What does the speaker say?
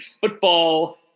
football